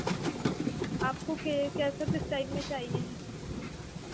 आपको कै कैसे किस टाइम में चाहिए है